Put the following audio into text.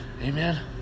Amen